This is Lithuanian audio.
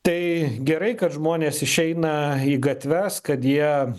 tai gerai kad žmonės išeina į gatves kad jie